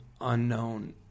unknown